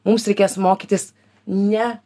mums reikės mokytis ne